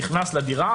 נכנס לדירה,